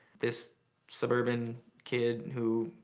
this suburban kid, who